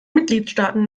mitgliedstaaten